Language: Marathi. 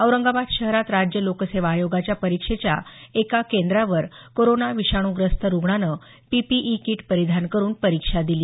औरंगाबाद शहरात राज्य लोकसेवा आयोगाच्या परीक्षेच्या एका केंद्रावर कोरोना विषाणू ग्रस्त रुग्णानं पीपीई कीट परिधान करून परीक्षा दिली